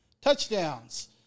touchdowns